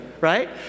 right